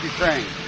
Ukraine